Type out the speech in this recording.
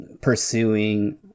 pursuing